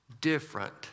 different